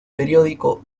periódico